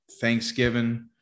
Thanksgiving